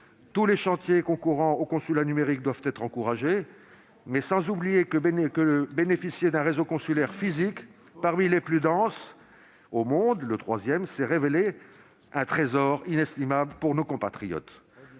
Tous les chantiers concourant au consulat numérique doivent être encouragés, mais sans oublier que bénéficier d'un réseau consulaire physique parmi les plus denses au monde- le troisième, pour être exact -s'est révélé un trésor inestimable pour nos compatriotes.